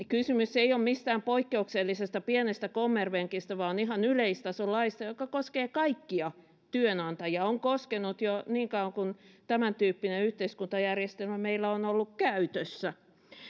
kysymys ei ole mistään poikkeuksellisesta pienestä kommervenkista vaan ihan yleistason laista joka koskee kaikkia työnantajia on koskenut jo niin kauan kun tämäntyyppinen yhteiskuntajärjestelmä meillä on ollut käytössä